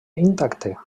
intacte